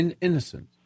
innocent